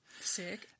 Sick